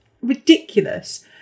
ridiculous